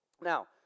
Now